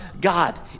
God